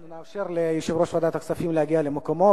אנחנו נאפשר ליושב-ראש ועדת הכספים להגיע למקומו,